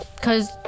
Cause